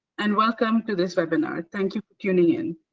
and welcome to this webinar. thank you for tuning in.